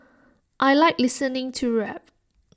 I Like listening to rap